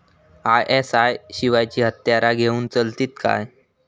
ISI शिवायची हत्यारा घेऊन चलतीत काय?